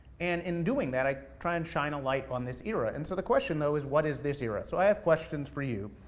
and in doing that, i try and shine a light on this era. and so the question, though, is what is this era? so i have questions for you.